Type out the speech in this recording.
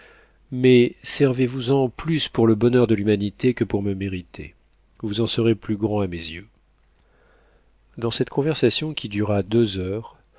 mais servez vous en plus pour le bonheur de l'humanité que pour me mériter vous en serez plus grand à mes yeux dans cette conversation qui dura deux heures